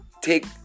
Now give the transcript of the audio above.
take